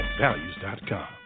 values.com